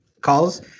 calls